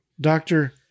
Doctor